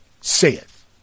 saith